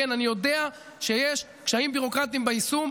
כן, אני יודע שיש קשיים ביורוקרטיים ביישום.